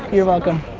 you're welcome.